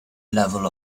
level